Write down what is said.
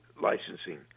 licensing